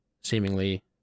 seemingly